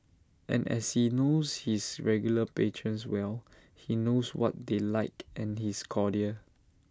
and as he knows his regular patrons well he knows what they like and is cordial